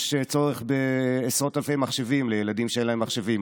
יש צורך בעשרות אלפי מחשבים לילדים שאין להם מחשבים.